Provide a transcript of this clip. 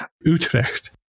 Utrecht